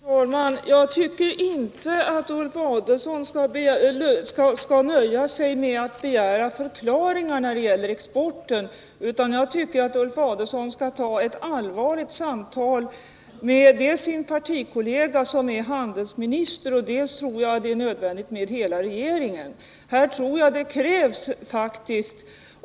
Herr talman! För det första tycker jag inte att Ulf Adelsohn skall nöja sig med att begära en förklaring när det gäller exporten, utan jag tycker att han skall ta ett allvarligt samtal med dels sin partikollega som är handelsminister, dels — det tror jag är nödvändigt — med hela regeringen.